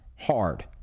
hard